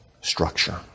structure